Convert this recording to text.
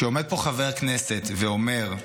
כשעומד פה חבר כנסת ואומר: